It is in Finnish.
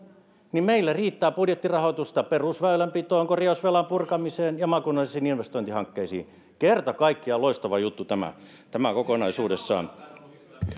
niin meillä riittää budjettirahoitusta perusväylänpitoon korjausvelan purkamiseen ja maakunnallisiin investointihankkeisiin kerta kaikkiaan loistava juttu tämä kokonaisuudessaan